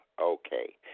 okay